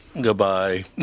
Goodbye